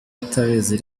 utabizi